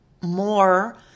more